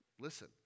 listen